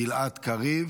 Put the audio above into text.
גלעד קריב